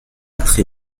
très